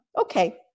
Okay